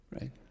right